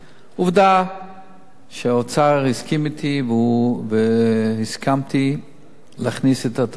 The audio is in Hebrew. עובדה שהאוצר הסכים אתי והסכמתי להכניס את הדרום.